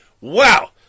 Wow